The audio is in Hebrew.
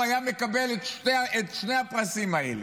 הוא היה מקבל את שני הפרסים האלה.